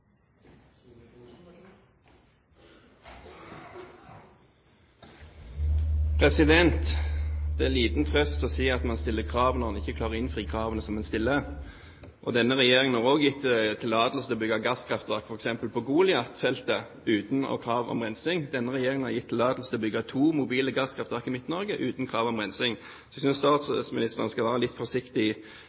liten trøst i å si at man skal stille krav når man ikke klarer å innfri kravene man stiller. Denne regjeringen har også gitt tillatelse til å bygge gasskraftverk, f.eks. på Goliat-feltet, uten noe krav om rensing. Denne regjeringen har gitt tillatelse til å bygge to mobile gasskraftverk i Midt-Norge uten krav om rensing. Så jeg synes statsministeren skal være litt forsiktig